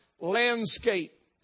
landscape